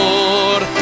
Lord